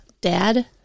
Dad